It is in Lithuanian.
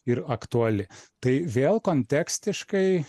ir aktuali tai vėl kontekstiškai